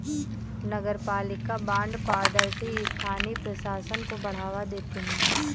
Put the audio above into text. नगरपालिका बॉन्ड पारदर्शी स्थानीय प्रशासन को बढ़ावा देते हैं